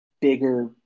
bigger